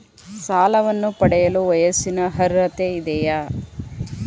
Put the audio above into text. ಸಾಲವನ್ನು ಪಡೆಯಲು ವಯಸ್ಸಿನ ಅರ್ಹತೆ ಇದೆಯಾ?